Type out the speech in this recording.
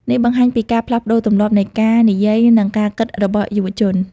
នេះបង្ហាញពីការផ្លាស់ប្តូរទម្លាប់នៃការនិយាយនិងការគិតរបស់យុវជន។